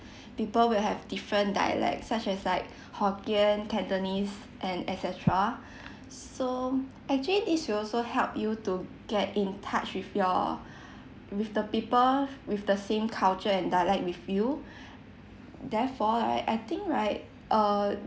people will have different dialects such as like hokkien cantonese and et cetera so actually this will also help you to get in touch with your with the people with the same culture and dialect with you therefore I I think right uh